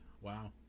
Wow